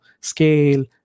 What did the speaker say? scale